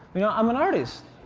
you know i'm an artist,